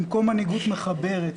במקום מנהיגות מחברת,